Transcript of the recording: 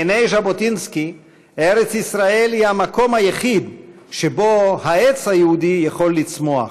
בעיני ז'בוטינסקי ארץ ישראל היא המקום היחיד שבו העץ היהודי יכול לצמוח,